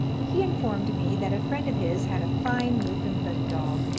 he informed me that a friend of his had a fine newfoundland dog,